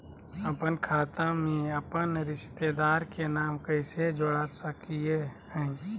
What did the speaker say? अपन खाता में अपन रिश्तेदार के नाम कैसे जोड़ा सकिए हई?